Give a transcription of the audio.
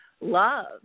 love